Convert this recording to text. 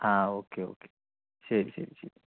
ആ okay okay ശരി ശരി ശരി